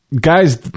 guy's